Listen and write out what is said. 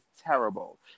terrible